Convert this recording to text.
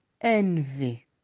envy